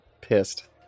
pissed